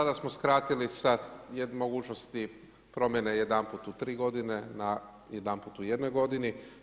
Sada smo skratili sa mogućnosti promjene jedanput u tri godine na jedanput u jednoj godini.